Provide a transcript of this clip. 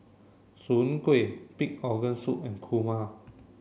Soon Kway Pig Organ Soup and Kurma